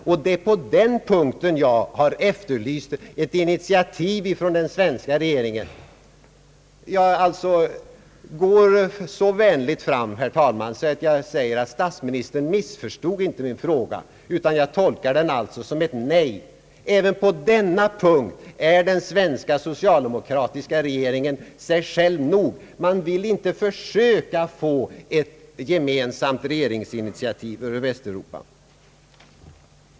Det är på den punkten jag har efterlyst ett initiativ från den svenska regeringen. Jag går så vänligt fram, herr talman, så jag säger, att statsministern inte medvetet missförstod min fråga, utan jag tolkar hans svar som ett nej. Även på denna punkt är den svenska socialdemokratiska regeringen sig själv nog; man vill inte försöka få ett gemensamt regeringsinitiativ för Västeuropa.